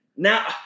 Now